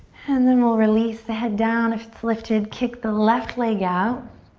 and then we'll release the head down if it's lifted. kick the left leg out.